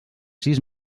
sis